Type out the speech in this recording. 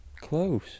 Close